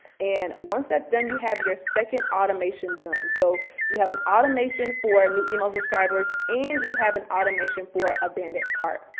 and once that's done, you have your second automation done. so you have an automation for a new email subscribers, and you have an automation for abandoned cart.